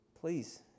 please